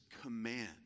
command